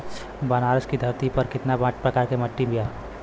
बनारस की धरती पर कितना प्रकार के मिट्टी बा?